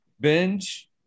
Binge